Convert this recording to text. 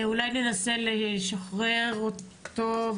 אני מניחה שזה גם